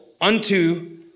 Unto